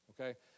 Okay